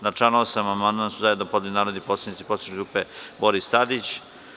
Na član 8. amandman su zajedno podneli narodni poslanici poslaničke grupe Boris Tadić.